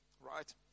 right